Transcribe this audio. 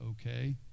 okay